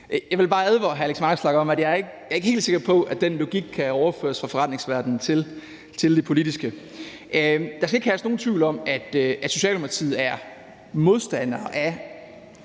Vanopslagh om, at jeg ikke er helt sikker på, at den logik kan overføres fra forretningsverdenen til det politiske. Der skal ikke herske nogen tvivl om, at Socialdemokratiet er modstandere af,